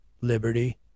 liberty